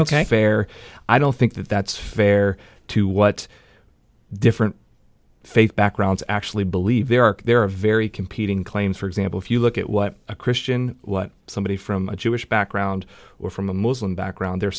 that's fair i don't think that that's fair to what different faith backgrounds actually believe there are there are very competing claims for example if you look at what a christian what somebody from a jewish background or from a muslim background the